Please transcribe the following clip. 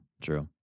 true